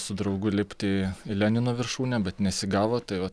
su draugu lipti į lenino viršūnę bet nesigavo tai va